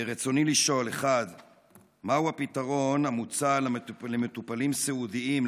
רצוני לשאול: 1. מהו הפתרון המוצע למטופלים סיעודיים,